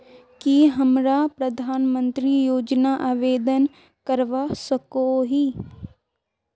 की हमरा प्रधानमंत्री योजना आवेदन करवा सकोही?